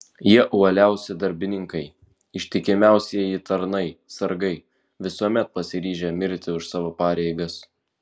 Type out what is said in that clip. jie uoliausi darbininkai ištikimiausieji tarnai sargai visuomet pasiryžę mirti už savo pareigas